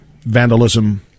vandalism